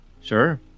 Sure